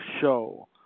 show